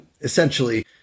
essentially